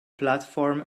platform